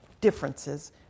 differences